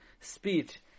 speech